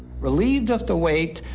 relieved of the weight,